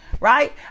right